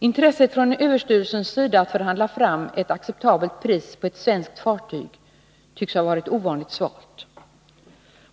Intresset från överstyrelsens sida att förhandla fram ett acceptabelt pris på ett svenskt fartyg tycks ha varit ovanligt svalt.